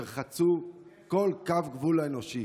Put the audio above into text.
הם חצו כל קו גבול אנושי.